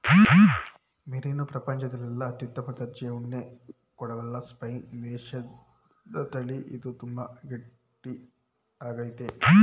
merino ಪ್ರಪಂಚದಲ್ಲೆಲ್ಲ ಅತ್ಯುತ್ತಮ ದರ್ಜೆ ಉಣ್ಣೆ ಕೊಡಬಲ್ಲ ಸ್ಪೇನ್ ದೇಶದತಳಿ ಇದು ತುಂಬಾ ಗಟ್ಟಿ ಆಗೈತೆ